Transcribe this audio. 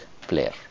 player